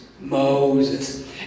Moses